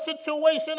situation